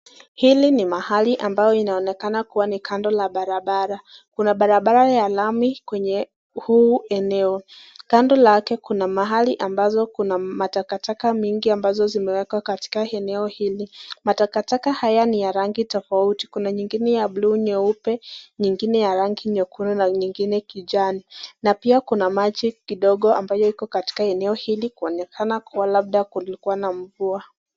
Hili ni mahali ambayo inaonekana ni kando la barabara. Kuna barabara ya lami kwenye huu eneo. Kando lake kuna mahali ambazo kuna matakataka mingi ambazo zimeekwa katika eneo hili. Matakataka haya ni ya rangi tofauti kuna nyingine ya buluu, nyeupe nyingine nyekundu na nyingine kijani. Kuna maji kidogo katika eneo hili kuonekana kulikuwa na mvua.